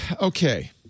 Okay